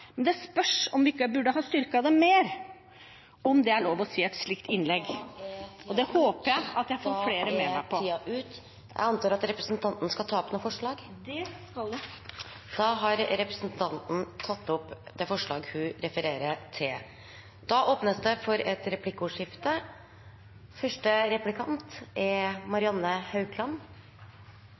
Men det spørs om vi ikke burde ha styrket det mer – om det er lov å si i et slikt innlegg. Det håper jeg at jeg får flere med meg på. Da er tiden ute. Presidenten antar at representanten skal ta opp noen forslag. Det skal jeg – jeg tar opp forslagene fra Senterpartiet. Da har representanten Åslaug Sem-Jacobsen tatt opp de forslagene hun refererte til. Det blir replikkordskifte.